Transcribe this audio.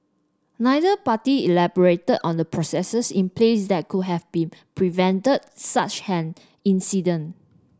neither party elaborated on the processes in place that could have been prevented such an incident